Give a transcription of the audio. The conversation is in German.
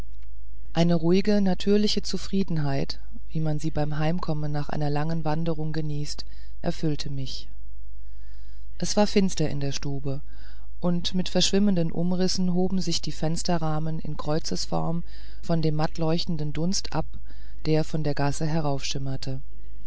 eine ruhige natürliche zufriedenheit wie man sie beim heimkommen nach einer langen wanderung genießt erfüllte mich es war finster in der stube und mit verschwimmenden umrissen hoben sich die fensterrahmen in kreuzesformen von dem mattleuchtenden dunst ab der von der gasse